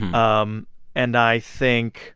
um and i think